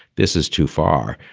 this is too far.